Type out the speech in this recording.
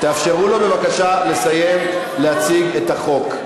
תאפשרו לו בבקשה לסיים להציג את החוק.